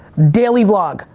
daily vlog.